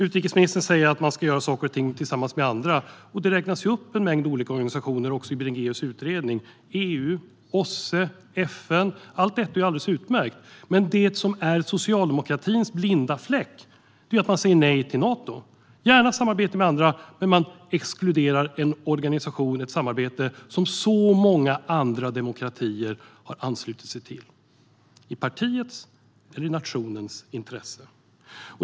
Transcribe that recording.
Utrikesministern säger att vi ska göra saker och ting tillsammans med andra, och i Bringéus utredning räknas också en mängd olika organisationer upp: EU, OSSE, FN. Allt detta är ju alldeles utmärkt, men socialdemokratins blinda fläck är att man säger nej till Nato. Man ser gärna samarbete med andra, men man exkluderar en organisation och ett samarbete som så många andra demokratier har anslutit sig till - i partiets eller nationens intresse?